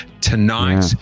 tonight